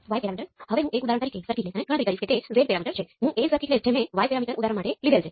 આ લેશનમાં હું પેરામિટર ના વિવિધ સેટ કરવાની બાબત છે